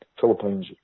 Philippines